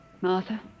Martha